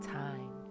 time